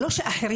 לא כשאחרים,